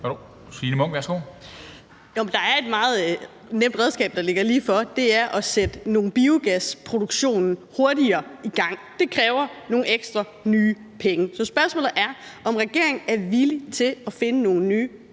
10:23 Signe Munk (SF) : Jo, men der er et meget nemt redskab, der ligger ligefor, og det er at sætte noget biogasproduktion hurtigere i gang. Det kræver nogle nye penge. Så spørgsmålet er, om regeringen er villig til at finde nogle nye